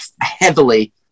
heavily